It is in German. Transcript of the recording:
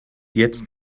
jetzt